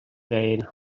deien